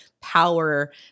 power